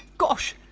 gosh,